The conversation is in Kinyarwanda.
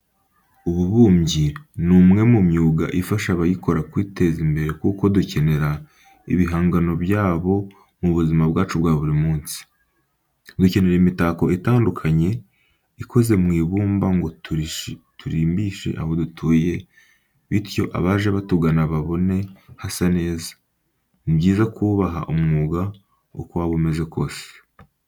Ububumbyi ni umwe mu myuga ifasha abayikora kwiteza imbere kuko dukenera ibihangano byabo mu buzima bwacu bwa buri munsi. Dukenera imitako itandukanye ikoze mu ibumba ngo turimbishe aho dutuye bityo abaje batugana babone hasa neza. Ni byiza kubaha umwuga uko waba umeze kose.